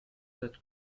that